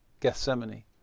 Gethsemane